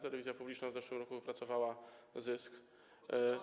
Telewizja publiczna w zeszłym roku wypracowała zysk.